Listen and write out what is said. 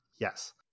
yes